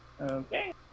Okay